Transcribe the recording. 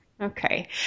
Okay